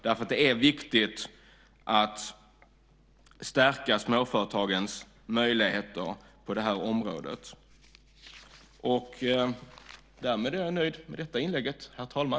Det är viktigt att stärka småföretagens möjligheter på det här området. Därmed är jag nöjd med detta inlägg, herr talman.